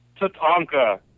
Tatanka